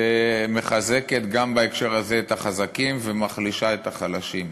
וגם בהקשר הזה מחזקת את החזקים ומחלישה את החלשים.